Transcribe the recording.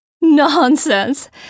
Nonsense